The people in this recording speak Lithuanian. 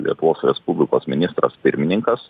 lietuvos respublikos ministras pirmininkas